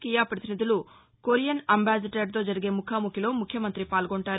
Kia పతినిధులు Korean అంబాసిడర్తో జరిగే ముఖాముఖిలో ముఖ్యమంతి పాల్గొంటారు